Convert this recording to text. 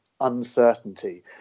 uncertainty